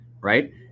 right